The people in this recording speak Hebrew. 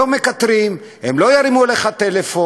לא מקטרים, הם לא ירימו אליך טלפון.